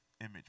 image